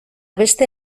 beste